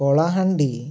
Kalahandi